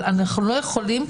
אנחנו לא יכולים,